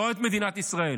לא את מדינת ישראל,